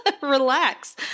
Relax